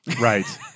Right